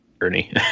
Ernie